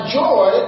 joy